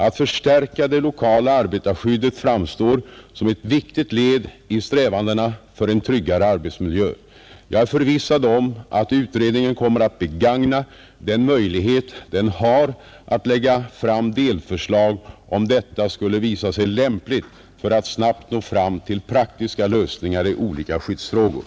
Att förstärka det lokala arbetarskyddet framstår som ett viktigt led i strävandena för en tryggare arbetsmiljö. Jag är förvissad om att utredningen kommer att begagna den möjlighet den har att lägga fram delförslag om detta skulle visa sig lämpligt för att snabbt nå fram till praktiska lösningar i olika skyddsfrågor.